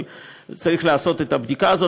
אבל צריך לעשות את הבדיקה הזאת.